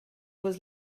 was